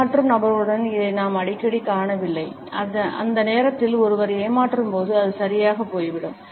ஏமாற்றும் நபர்களுடன் இதை நாம் அடிக்கடி காணவில்லை அந்த நேரத்தில் ஒருவர் ஏமாற்றும் போது அது சரியாக போய்விடும்